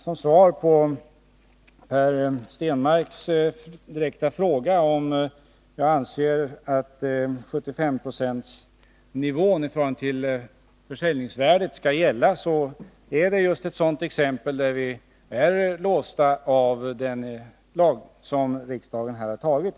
Som svar på Per Stenmarcks direkta fråga om jag anser att 75 procentsnivån i förhållande till försäljningsvärdet skall gälla vill jag säga att det är just ett sådant exempel där vi är låsta av den lag som riksdagen har antagit.